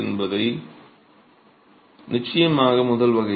எனவே இது நிச்சயமாக முதல் வகை